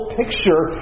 picture